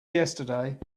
yesterday